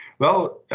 well,